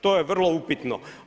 To je vrlo upitno.